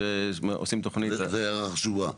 זו הערה חשובה.